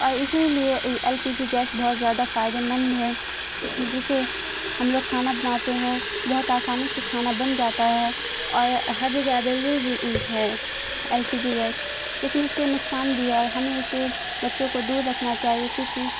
اور اسی لیے ایل پی جی گیس بہت زیادہ فائدے مند ہے جسے ہم لوگ کھانا بناتے ہیں بہت آسانی سے کھانا بن جاتا ہے اور ہر جگہ اویلیبل بھی ہے ایل پی جی گیس لیکن اس سے نقصان بھی ہے ہمیں اسے بچوں کو دور رکھنا چاہیے کیونکہ